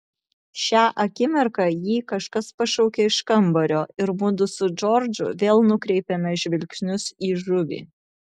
šią akimirką jį kažkas pašaukė iš kambario ir mudu su džordžu vėl nukreipėme žvilgsnius į žuvį